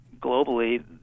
globally